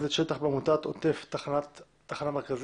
רכזת שטח בעמותת עוטף תחנה מרכזית.